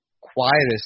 quietest